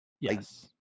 Yes